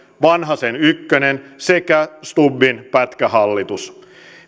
vanhasen ykkönen sekä stubbin pätkähallitus